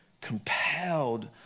Compelled